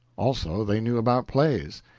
also they knew about plays.